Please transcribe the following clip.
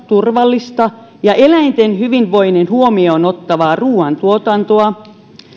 turvallista ja eläinten hyvinvoinnin huomioon ottavaa ruuantuotantoa